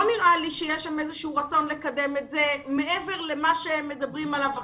לא נראה לי שיש שם איזשהו רצון לקדם את זה מעבר למה שמדברים עליו עכשיו.